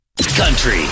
Country